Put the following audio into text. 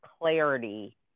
clarity